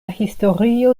historio